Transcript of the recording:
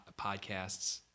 podcasts